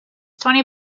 twenty